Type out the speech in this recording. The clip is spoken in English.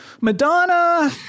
Madonna